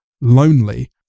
lonely